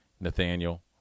Nathaniel